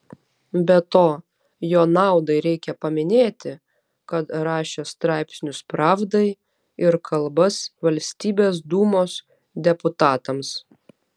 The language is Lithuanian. be to jo naudai reikia paminėti kad rašė straipsnius pravdai ir kalbas valstybės dūmos deputatams